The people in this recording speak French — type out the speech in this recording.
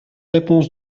réponses